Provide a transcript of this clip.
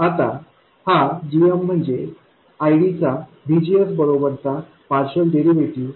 आता हा gm म्हणजे IDचा V GS बरोबर चा पार्षल डेरिव्हेटिव्ह